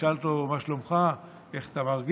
שישאל אותו: מה שלומך, איך אתה מרגיש,